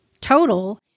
total